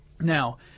Now